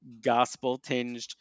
gospel-tinged